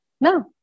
no